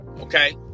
Okay